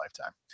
lifetime